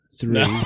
three